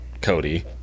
Cody